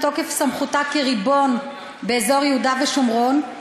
מתוקף סמכותה כריבון באזור יהודה ושומרון,